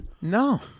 No